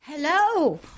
Hello